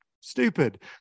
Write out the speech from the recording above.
stupid